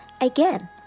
again